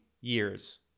years